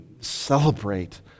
celebrate